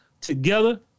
together